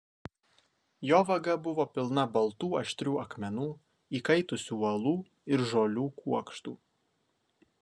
jo vaga buvo pilna baltų aštrių akmenų įkaitusių uolų ir žolių kuokštų